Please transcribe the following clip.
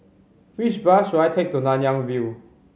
which bus should I take to Nanyang View